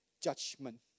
judgment